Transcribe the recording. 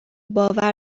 باور